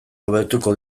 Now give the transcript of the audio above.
hobetuko